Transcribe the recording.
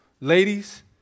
ladies